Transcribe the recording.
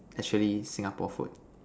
actually Singapore food